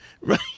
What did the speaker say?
right